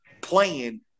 playing